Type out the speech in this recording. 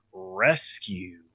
Rescue